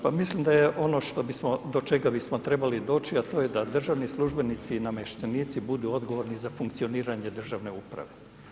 Pa mislim da je ono što bismo, do čega bismo trebali a to je da državnici službenici i namještenici budu odgovorni za funkcioniranje državne uprave.